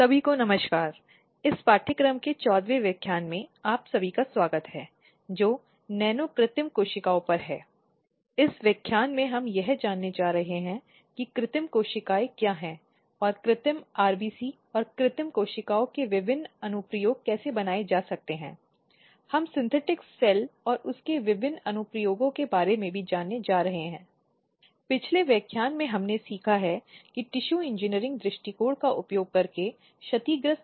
NPTEL NPTEL online प्रमाणीकरण पाठ्यक्रम course on लिंग भेद न्याय और कार्यस्थल सुरक्षा gender justice and workplace security द्वारा प्रो दीपा दुबे राजीव गांधी बौद्धिक संपदा विधि विद्यालय IIT खड़गपुर व्याख्यान 14 लैंगिक हिंसा भीतर और बाहर नमस्कार